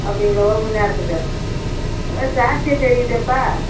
அப்படிங்களா ஒரு மணிநேரத்துக்கு ஜாஸ்தியாக தெரியுதேப்பா